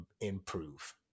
improve